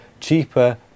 cheaper